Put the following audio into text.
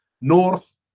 north